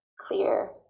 clear